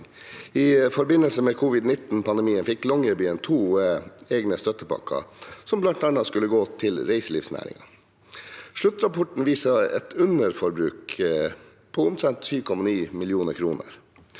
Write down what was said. I forbindelse med covid-19-pandemien fikk Longyearbyen to egne støttepakker, som blant annet skulle gå til reiselivsnæringen. Sluttrapporten viser et underforbruk på omtrent 7,9 mill. kr.